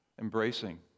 Embracing